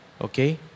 Okay